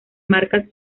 marcas